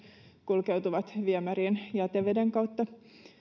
kulkeutuvat viemäriin jäteveden kautta